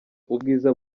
ubwiza